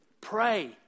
pray